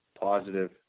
positive